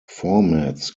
formats